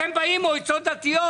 אתם באים מועצות דתיות,